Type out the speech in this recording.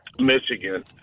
Michigan